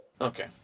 Okay